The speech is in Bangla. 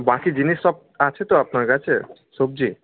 বাকি জিনিস সব আছে তো আপনার কাছে সবজি